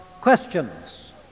questions